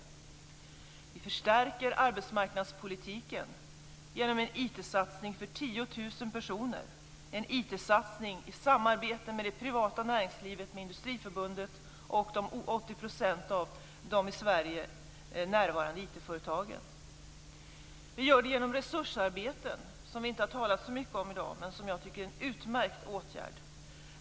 Vi förstärker arbetsmarknadspolitiken genom en IT-satsning för 10 000 personer, en IT-satsning i samarbete med det privata näringslivet, med Industriförbundet och 80 % av de i Sverige närvarande IT Vi gör det genom resursarbeten, som det i dag inte har talats så mycket om men som jag tycker är en utmärkt åtgärd.